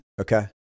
Okay